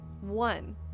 One